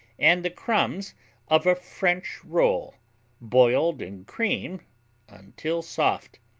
and the crumbs of a french roll boiled in cream until soft.